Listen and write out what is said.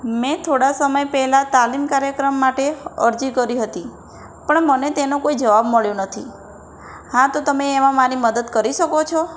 મેં થોડા સમય પહેલાં તાલીમ કાર્યક્રમ માટે અરજી કરી હતી પણ મને તેનો કોઈ જવાબ મળ્યો નથી હા તો તમે એમાં મારી મદદ કરી શકો છો